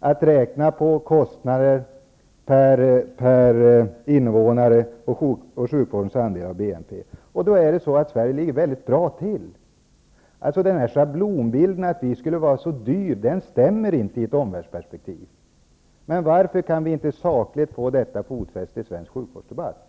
-- kostnader per invånare och sjukvårdens andel av BNP. Då har jag funnit att Sverige ligger väldigt bra till. Schablonbilden att sjukvården i Sverige skulle vara så dyr stämmer inte i ett omvärldsperspektiv. Varför kan vi inte sakligt få detta fotfäste i svensk sjukvårdsdebatt?